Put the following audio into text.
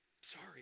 sorry